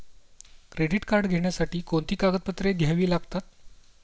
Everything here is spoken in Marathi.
क्रेडिट कार्ड घेण्यासाठी कोणती कागदपत्रे घ्यावी लागतात?